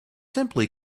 simply